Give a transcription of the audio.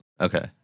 Okay